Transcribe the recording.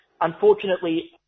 Unfortunately